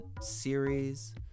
series